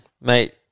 Mate